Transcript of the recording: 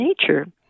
nature